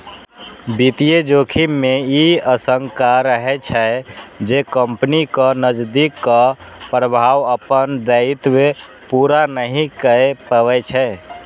वित्तीय जोखिम मे ई आशंका रहै छै, जे कंपनीक नकदीक प्रवाह अपन दायित्व पूरा नहि कए पबै छै